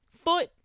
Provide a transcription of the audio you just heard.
foot